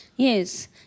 Yes